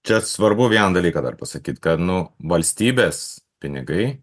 čia svarbu vieną dalyką dar pasakyt kad nu valstybės pinigai